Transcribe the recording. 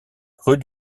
rue